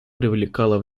привлекала